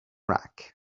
rack